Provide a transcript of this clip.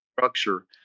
structure